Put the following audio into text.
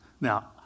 Now